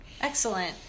Excellent